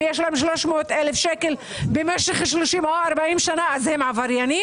אם יש להם 300,000 שקל במשך 30 או 40 שנה הם עבריינים?